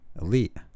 Elite